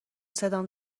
صدام